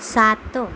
सात